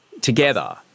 together